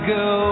go